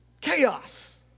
Chaos